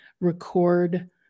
record